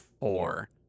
four